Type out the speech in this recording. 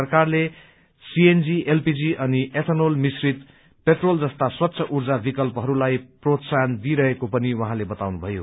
सरकारले CNG LPG अनि ethanol मिश्रित पेट्रोल जस्ता स्वच्छ ऊर्जा विकल्पहरूलाई प्रोत्साहन दिइरहेको पनि उहाँले बताउनुभयो